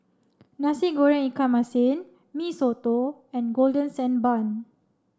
Nasi Goreng Ikan Masin Mee Soto and Golden Sand Bun